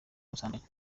ubusambanyi